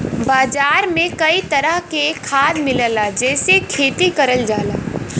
बाजार में कई तरह के खाद मिलला जेसे खेती करल जाला